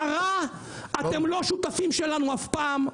ברע אתם לא שותפים שלנו אף פעם,